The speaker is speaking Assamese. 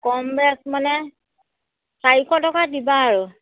কম বেচ মানে চাৰিশ টকা দিবা আৰু